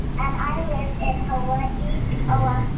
and i live in hawaii o'ahu.